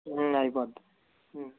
అయిపోతుంది